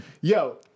Yo